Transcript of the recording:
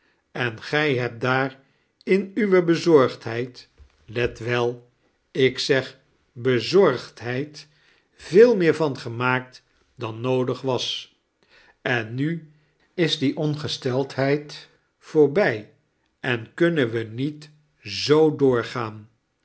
en gij hebt daar in uwe bezorgdheid let wel ik zeg bezorgdheid veel meer van gemaakt dan noodig was en nu is die ongesteldheid voorbij en kunnen we niet zoo doorgaan